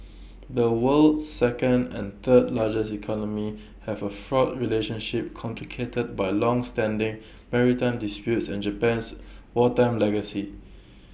the world's second and third largest economies have A fraught relationship complicated by longstanding maritime disputes and Japan's wartime legacy